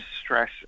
stress